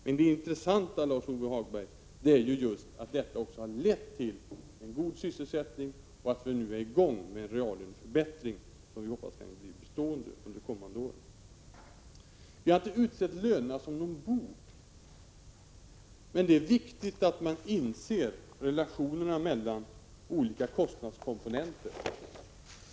Men det intressanta, Lars-Ove Hagberg, är att detta också lett till en god sysselsättning och att vi nu kommit i gång med en reallöneförbättring som vi hoppas kan bli bestående under det kommande året. Vi har inte utsett lönerna till någon bov. Men det är viktigt att man inser relationerna mellan olika kostnadskomponenter.